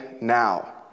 now